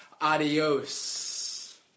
adios